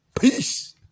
Peace